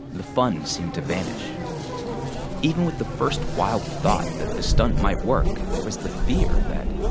the funds seemed to vanish even with the first wild thought that the stunt might work. there was the fear that,